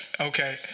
okay